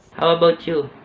about you,